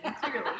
clearly